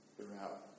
throughout